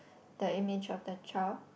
the image of the child